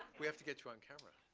we have to get you on camera. ah,